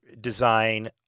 design